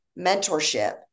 mentorship